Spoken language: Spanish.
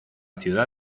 ciudad